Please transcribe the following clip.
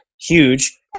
huge